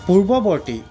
পূৰ্ৱৱৰ্তী